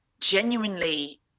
genuinely